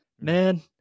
Man